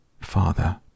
Father